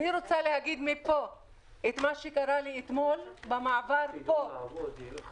אני רוצה לומר מה קרה לי אתמול במעבר פה במחסום,